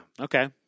Okay